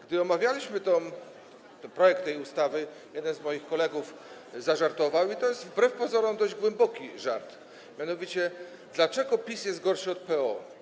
Gdy omawialiśmy projekt tej ustawy, jeden z moich kolegów zażartował - to jest wbrew pozorom dość głęboki żart - mianowicie: dlaczego PiS jest gorsze od PO?